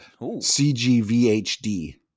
CGVHD